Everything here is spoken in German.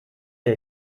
die